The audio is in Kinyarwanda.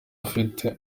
afite